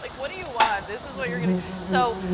like what do you want. this is what you're going to so